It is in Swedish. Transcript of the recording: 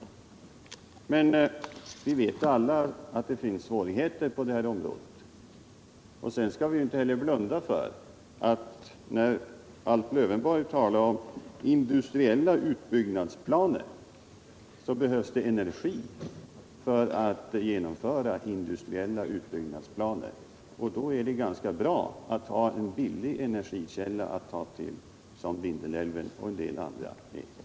Men alla vet att det finns svårigheter på det här området. Vi skall inte heller blunda för, när Alf Lövenborg talar om industriella utbyggnadsplaner, att det behövs energi för att genomföra dem. Då är det ganska bra att kunna utnyttja en billig energikälla som Vindelälven och en del andra älvar.